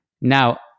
Now